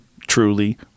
truly